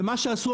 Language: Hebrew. ומה עשו?